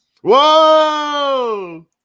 Whoa